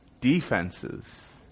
defenses